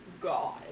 god